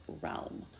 realm